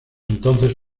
entonces